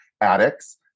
addicts